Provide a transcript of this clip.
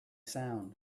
sound